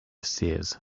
seers